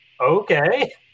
okay